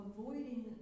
Avoiding